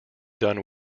done